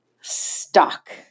stuck